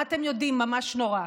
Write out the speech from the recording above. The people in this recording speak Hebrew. מה אתם יודעים, ממש נורא.